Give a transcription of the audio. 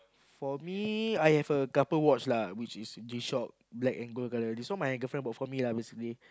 for me I have a couple watch lah which is G shock black and gold colour so my girlfriend lah basically